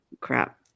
Crap